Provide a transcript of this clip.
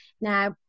Now